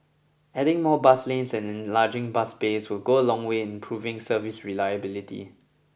adding more bus lanes and enlarging bus bays will go a long way in improving service reliability